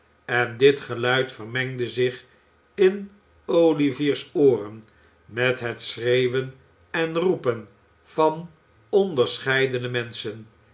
en dit geluid vermengde zich in o ivier's ooren met het schreeuwen en roepen van onderscheidene menschen